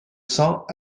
cents